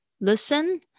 listen